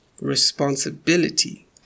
responsibility